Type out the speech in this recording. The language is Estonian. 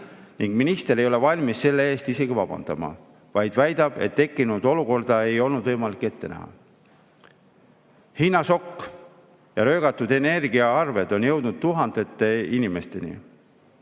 ning minister ei ole valmis selle eest isegi vabandama, vaid väidab, et tekkinud olukorda ei olnud võimalik ette näha. Hinnašokk ja röögatud energiaarved on jõudnud tuhandete inimesteni.